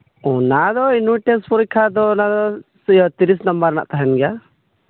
ᱚᱱᱟ ᱫᱚ unit test ᱯᱚᱨᱤᱠᱠᱷᱟ ᱫᱚ ᱢᱤᱫᱴᱮᱱ ᱛᱤᱨᱤᱥ ᱱᱟᱢᱵᱟᱨ ᱨᱮᱭᱟᱜ ᱛᱟᱸᱦᱮᱱ ᱜᱮᱭᱟ